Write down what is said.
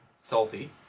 Salty